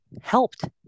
helped